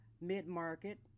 mid-market